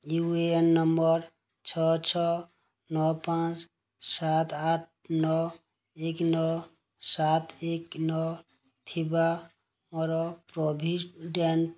you A N number ଛଅ ଛଅ ନଅ ପାଞ୍ଚ ସାତ ଆଠ ନଅ ଏକ ନଅ ସାତ ଏକ ନଅ ଥିବା ମୋର ପ୍ରୋଭିଡ଼େଣ୍ଟ୍